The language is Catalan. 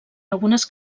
algunes